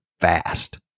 fast